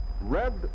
Red